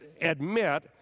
admit